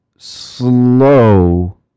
slow